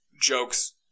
jokes